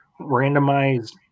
randomized